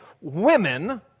Women